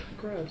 gross